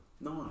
nice